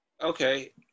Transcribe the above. Okay